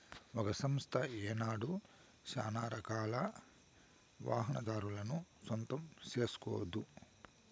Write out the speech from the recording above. ఒక సంస్థ ఏనాడు సానారకాల వాహనాదారులను సొంతం సేస్కోదు